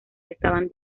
estaban